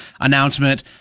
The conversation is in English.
announcement